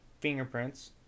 fingerprints